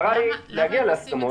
המטרה היא שנגיע להסכמות.